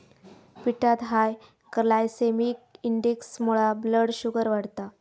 पिठात high glycemic इंडेक्समुळा blood sugar वाढता